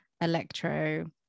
Electro